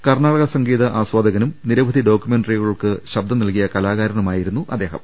കർണാടക സംഗീത ആസ്വാദകനും നിരവധി ഡോക്യു മെന്ററികളുടെ ശബ്ദം നൽകിയ കലാകാരനുമായിരുന്നു അദ്ദേ ഹം